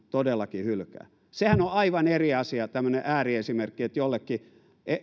todellakin hylkää sehän on aivan eri asia tämmöinen ääriesimerkki että jollekin